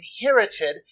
inherited